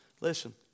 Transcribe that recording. Listen